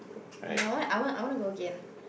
ya I want I want to go again